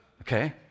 okay